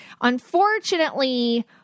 Unfortunately